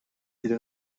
ils